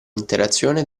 interazione